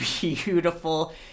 beautiful